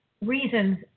reasons